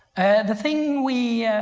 the thing we,